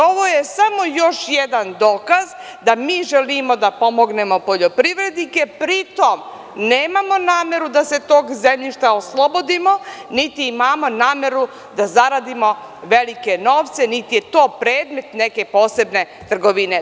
Ovo je samo još jedan dokaz da mi želimo da pomognemo poljoprivrednike, pri tom nemamo nameru da se tog zemljišta oslobodimo, niti imamo nameru da zaradimo velike novce, niti je to predmet neke posebne trgovine.